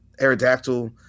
Aerodactyl